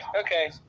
Okay